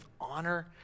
honor